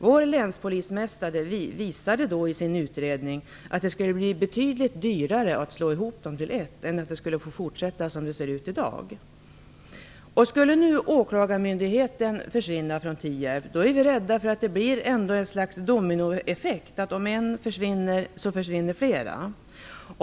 Vår polismästare visade i sin utredning att det skulle bli betydligt dyrare att slå ihop dem till ett distrikt än att fortsätta med nuvarande ordning. Skulle åklagarmyndigheten nu försvinna från Tierp, är vi rädda för att det skulle bli ett slags dominoeffekt: om en försvinner, försvinner flera.